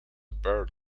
bird